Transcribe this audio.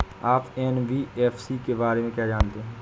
आप एन.बी.एफ.सी के बारे में क्या जानते हैं?